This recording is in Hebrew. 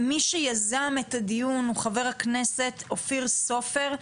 מי שיזם את הדיון הוא חה"כ אופיר סופר,